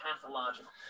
pathological